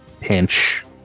pinch